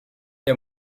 der